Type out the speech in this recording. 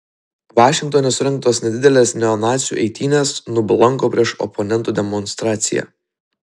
vašingtone surengtos nedidelės neonacių eitynės nublanko prieš oponentų demonstraciją